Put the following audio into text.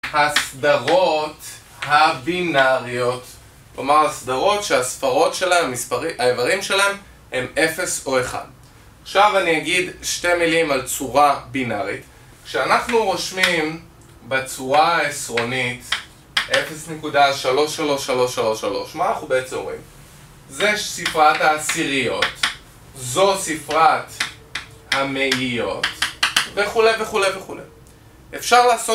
הסדרות הבינאריות. כלומר הסדרות שהספרות שלהם, האיברים שלהם הם 0 או 1. עכשיו אני אגיד שתי מילים על צורה בינארית כשאנחנו רושמים בצורה העשרונית 0.333333 מה אנחנו בעצם רואים? זה ספרת העשיריות זו ספרת המאיות וכולי וכולי וכולי. אפשר לעשות